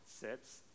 sets